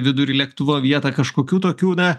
vidury lėktuvo vietą kažkokių tokių na